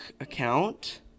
account